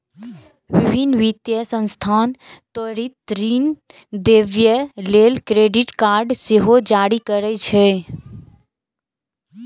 विभिन्न वित्तीय संस्थान त्वरित ऋण देबय लेल क्रेडिट कार्ड सेहो जारी करै छै